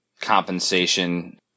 compensation